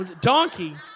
Donkey